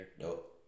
Nope